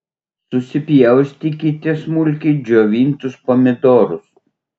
susipjaustykite smulkiai džiovintus pomidorus